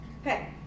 Okay